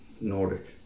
Nordic